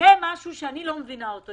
זה משהו שאני לא מבינה אותו,